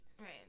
right